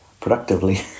productively